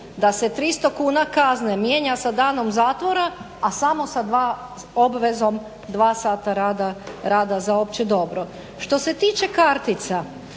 da se 300 kuna kazne mijenja sa danom zatvora, a samo sa obvezom 2 sata rada za opće dobro. Što se tiče kartica,